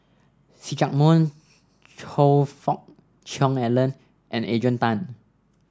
See Chak Mun Choe Fook Cheong Alan and Adrian Tan